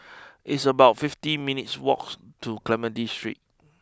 it's about fifty minutes' walks to Clementi Street